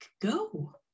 go